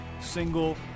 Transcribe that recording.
single